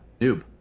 noob